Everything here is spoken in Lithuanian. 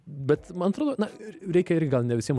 bet man atrodo na reikia irgi gal ne visiem